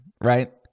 right